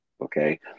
Okay